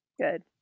Good